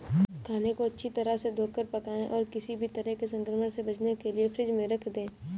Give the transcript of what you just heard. खाने को अच्छी तरह से धोकर पकाएं और किसी भी तरह के संक्रमण से बचने के लिए फ्रिज में रख दें